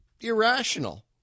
irrational